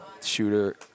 shooter